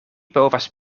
povas